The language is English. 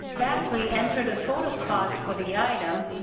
lastly, enter the total cost for the item.